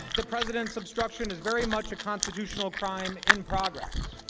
the president's obstruction is very much a constitutional crime in progress,